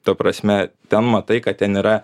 ta prasme ten matai kad ten yra